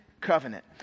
covenant